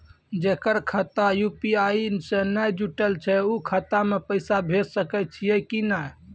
जेकर खाता यु.पी.आई से नैय जुटल छै उ खाता मे पैसा भेज सकै छियै कि नै?